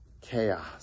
chaos